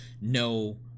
no